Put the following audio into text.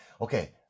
Okay